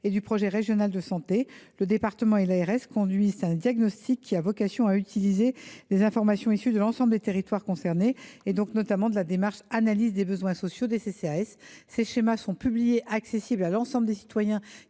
et du projet régional de santé, le département et l’ARS conduisent un diagnostic qui a vocation à utiliser les informations issues de l’ensemble des territoires concernés, donc notamment de la démarche dite d’analyse des besoins sociaux des CCAS. Ces schémas sont publiés et accessibles à l’ensemble des citoyens